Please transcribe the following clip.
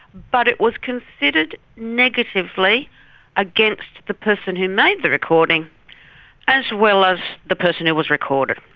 but it was considered negatively against the person who made the recording as well as the person who was recorded.